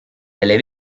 delle